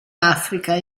africa